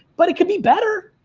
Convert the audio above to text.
but it could be better.